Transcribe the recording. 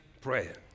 prayer